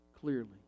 clearly